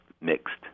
mixed